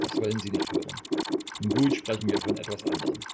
das wollen sie nicht hören nun gut sprechen wir von etwas anderm